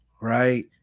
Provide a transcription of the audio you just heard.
right